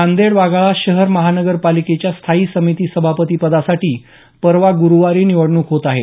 नांदेड वाघाळा शहर महानगर पालिकेच्या स्थायी समिती सभापती पदासाठी परवा ग्रुवारी निवडणूक होत आहे